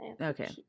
Okay